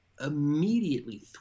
immediately